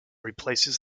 replaces